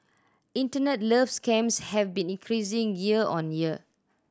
internet love scams have been increasing year on year